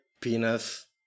penis